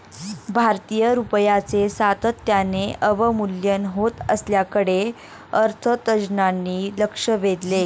भारतीय रुपयाचे सातत्याने अवमूल्यन होत असल्याकडे अर्थतज्ज्ञांनी लक्ष वेधले